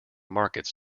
markets